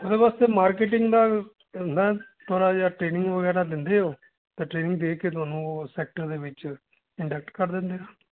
ਇਹਦੇ ਵਾਸਤੇ ਮਾਰਕੀਟਿੰਗ ਨਾਲ ਹੁੰਦਾ ਹੈ ਥੋੜ੍ਹਾ ਜਿਹਾ ਟ੍ਰੇਨਿੰਗ ਵਗੈਰਾ ਦਿੰਦੇ ਉਹ ਤਾਂ ਟ੍ਰੇਨਿੰਗ ਦੇ ਕੇ ਤੁਹਾਨੂੰ ਉਹ ਸੈਕਟਰ ਦੇ ਵਿੱਚ ਇੰਡਕਟ ਕਰ ਦਿੰਦੇ ਆ